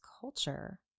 culture